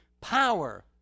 power